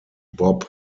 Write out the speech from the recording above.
bob